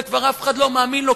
וכבר אף אחד לא מאמין לו,